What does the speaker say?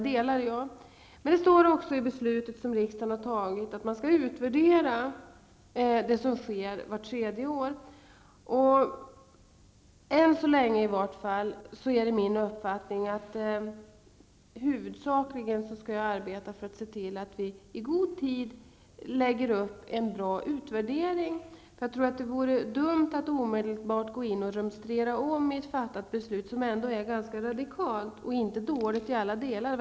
Det står också i beslutet som riksdagen har fattat att en utvärdering skall ske vart tredje år. Jag skall huvudsakligen arbeta för att se till att vi i god tid lägger upp en bra utvärdering. Det vore dumt att omedelbart rumstera om i ett fattat beslut, som ändå är radikalt och verkligen inte är dåligt i alla delar.